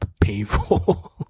Painful